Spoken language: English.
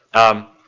um,